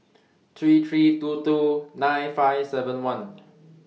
three three two two nine five seven one